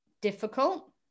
difficult